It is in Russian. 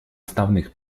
основных